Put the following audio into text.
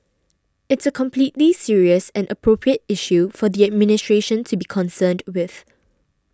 it's a completely serious and appropriate issue for the administration to be concerned with